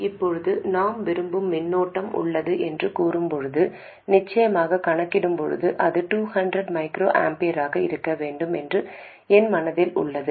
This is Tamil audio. இப்போது நாம் விரும்பும் மின்னோட்டம் உள்ளது என்று கூறும்போது நிச்சயமாக கணக்கிடும்போது அது 200 μA ஆக இருக்க வேண்டும் என்று என் மனதில் உள்ளது